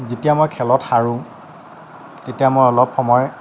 যেতিয়া মই খেলত হাৰো তেতিয়া মই অলপ সময়